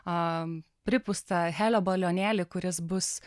a pripūstą helio balionėlį kuris bus